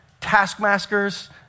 taskmasters